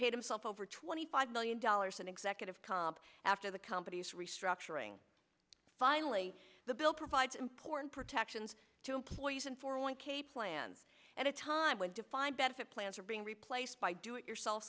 paid himself over twenty five million dollars in executive comp after the company's rapturing finally the bill provides important protections to employees and four one k plans at a time when defined benefit plans are being replaced by do it yourself